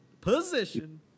position